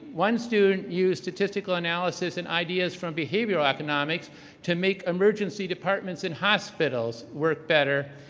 one student used statistics analysis and ideas from behavioral economics to make emergency departments in hospitals work better.